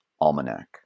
Almanac